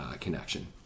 connection